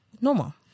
normal